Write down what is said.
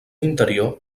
interior